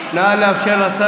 אבל איפה אילת?